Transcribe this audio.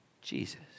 Jesus